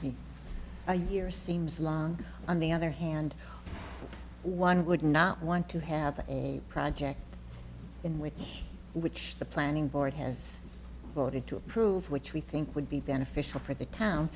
in a year seems longer on the other hand one would not want to have a project in with which the planning board has voted to approve which we think would be beneficial for the town